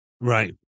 Right